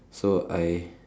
so I